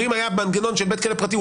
ואם היה מנגנון של בית כלא פרטי,